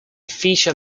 feature